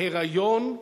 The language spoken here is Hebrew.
היריון,